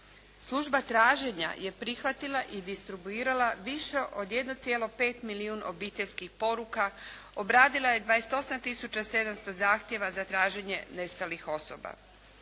Služba traženja je prihvatila i distribuirala više od 1,5 milijun obiteljskih poruka, obradila je 28 tisuća 700 zahtjeva za traženje nestalih osoba.